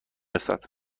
رسد